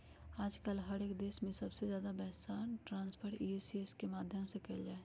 आजकल हर एक देश में सबसे ज्यादा पैसा ट्रान्स्फर ई.सी.एस के माध्यम से कइल जाहई